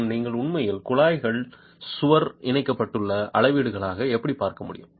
மற்றும் நீங்கள் உண்மையில் குழாய்கள் சுவர் இணைக்கப்பட்டுள்ளது அளவீடுகளாக எப்படி பார்க்க முடியும்